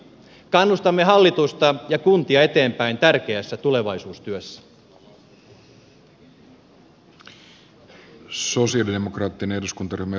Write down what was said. kannustamme hallitusta ja kuntia eteenpäin tärkeässä tulevaisuustyössä